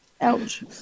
Ouch